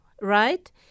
right